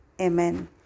amen